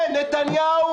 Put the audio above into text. כן, נתניהו